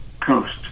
Coast